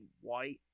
white